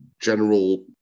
general